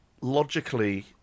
logically